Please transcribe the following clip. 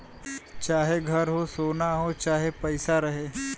चाहे घर हो, सोना हो चाहे पइसा रहे